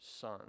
son